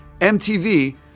MTV